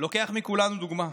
לוקח מכולם דוגמה,